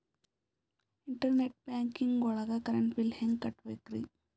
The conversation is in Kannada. ಇಂಟರ್ನೆಟ್ ಬ್ಯಾಂಕಿಂಗ್ ಒಳಗ್ ಕರೆಂಟ್ ಬಿಲ್ ಹೆಂಗ್ ಕಟ್ಟ್ ಬೇಕ್ರಿ?